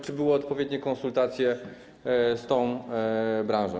Czy były odpowiednie konsultacje z tą branżą?